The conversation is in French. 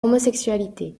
homosexualité